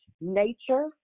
nature